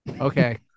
Okay